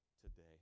Today